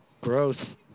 gross